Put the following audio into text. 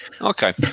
Okay